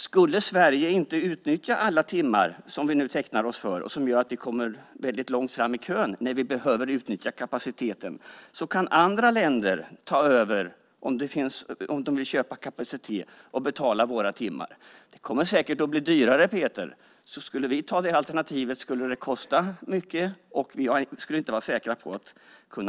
Skulle Sverige inte utnyttja alla timmar som vi tecknar oss för, och som gör att vi kommer långt fram i kön när vi behöver utnyttja kapaciteten, kan andra länder ta över om de vill köpa kapacitet och betala våra timmar. Det kommer säkert att bli dyrare, Peter. Skulle vi ta det alternativet skulle det kosta mycket, och vi skulle inte vara säkra på att få det.